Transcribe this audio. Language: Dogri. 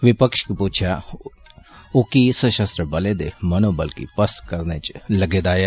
विपक्ष गी पुच्छेआ की सषस्त्र बलें दे मनोबल गी पस्त करने च लग्गे दा ऐ